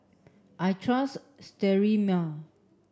I trust Sterimar